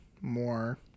more